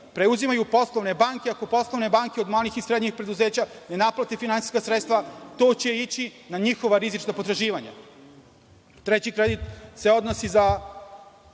preuzimaju poslovne banke. Ako poslovne banke od malih i srednjih preduzeća ne naplate finansijska sredstva, to će ići na njihova rizična potraživanja. Treći kredit se odnosi na